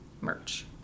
merch